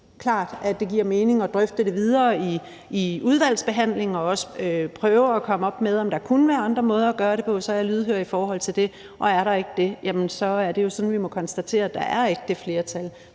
det giver mening at drøfte det videre i udvalgsbehandlingen og også at prøve at se på, om der kunne være andre måder at gøre det på; så er jeg lydhør over for det. Og er der ikke det, er det jo sådan, at vi må konstatere, at der ikke er det flertal